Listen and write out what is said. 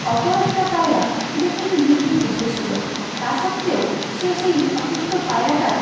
অপর একটা পায়রা যে কিন্তু দিব্যি সুস্থ ছিলো তা সত্ত্বেও সে সেই অসুস্থ পায়রাটার